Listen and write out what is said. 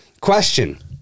Question